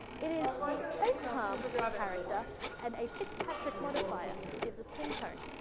it is the facepalm character and a fitzpatrick modifier, to give the skin tone.